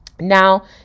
Now